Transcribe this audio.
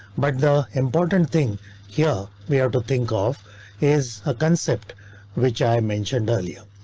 like the important thing here we have to think of is a concept which i mentioned earlier.